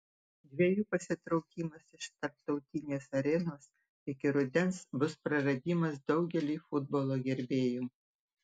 dviejų pasitraukimas iš tarptautinės arenos iki rudens bus praradimas daugeliui futbolo gerbėjų